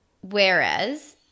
Whereas